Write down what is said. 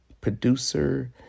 producer